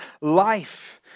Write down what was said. life